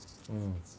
mm